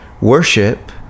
Worship